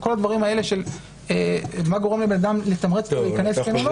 כל הדברים האלה של מה מתמרץ בן אדם להיכנס כן או לא --- טוב,